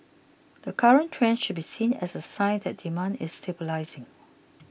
the current trend should be seen as a sign that demand is stabilising